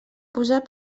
posar